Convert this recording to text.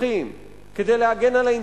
כדי להגן עלינו,